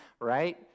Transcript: Right